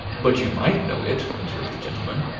but you might know it, observed the gentleman.